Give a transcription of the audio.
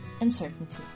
uncertainty